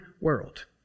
world